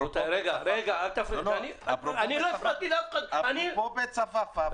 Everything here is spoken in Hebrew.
אפרופו בית צפאפא,